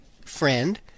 friend